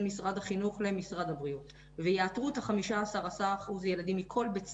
משרד החינוך למשרד הבריאות ויאתרו את ה-10%-15% ילדים מכל בית ספר,